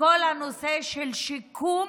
כל הנושא של שיקום